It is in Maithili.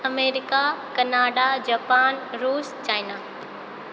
अमेरिका कनाडा जापान रूस चाइना